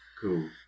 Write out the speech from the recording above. Cool